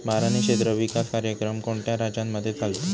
बारानी क्षेत्र विकास कार्यक्रम कोणत्या राज्यांमध्ये चालतो?